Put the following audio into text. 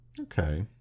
okay